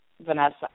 Vanessa